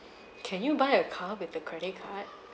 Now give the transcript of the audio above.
can you buy a car with a credit card